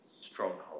stronghold